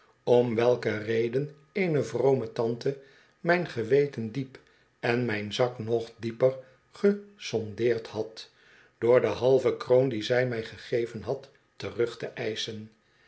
om welke reden eene vrome tante mijn geweten diep en mijn zak nog dieper gesondeerd had door de halve kroon die zij mij gegeven had terug te